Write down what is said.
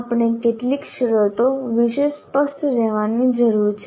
આપણે કેટલીક શરતો વિશે સ્પષ્ટ રહેવાની જરૂર છે